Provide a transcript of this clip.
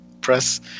press